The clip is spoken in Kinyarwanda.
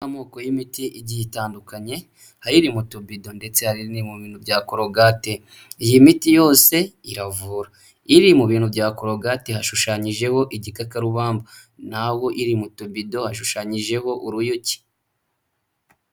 Amoko y'imiti igiye itandukanye hari iri mu tubido ndetse hari n'iri mu bintu bya korogate, iyi miti yose iravura. Iri mu bintu bya korogate hashushanyijeho igikatarubamba naho iri mu tubido hashushanyijeho uruyuki.